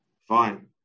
fine